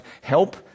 help